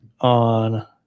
On